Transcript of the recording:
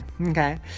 Okay